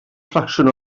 ffracsiwn